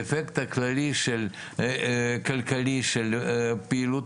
הכללי כלכלי של פעילות מדענים עולים,